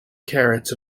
carrots